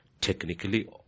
technically